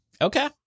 Okay